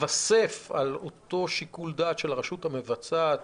שמיתוסף לאותו שיקול דעת של הרשות המבצעת